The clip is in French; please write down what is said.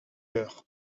cœur